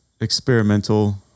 experimental